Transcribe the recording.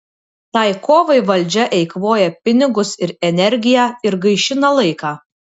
tai kovai valdžia eikvoja pinigus ir energiją ir gaišina laiką